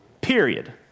Period